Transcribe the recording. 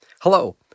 Hello